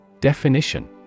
Definition